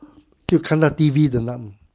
就看到 T_V 的 num~